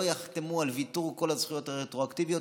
יחתמו על ויתור כל הזכויות הרטרואקטיביות,